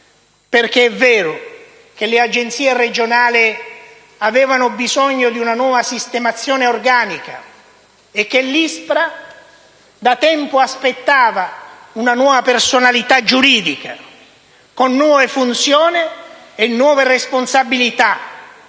persa. È vero che le Agenzie regionali avevano bisogno di una nuova sistemazione organica e che l'ISPRA da tempo aspettava una nuova personalità giuridica, con nuove funzioni e responsabilità.